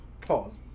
pause